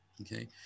Okay